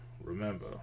Remember